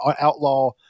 outlaw